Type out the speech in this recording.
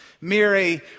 Mary